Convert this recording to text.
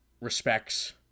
respects